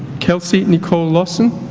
kelsey nicole lawson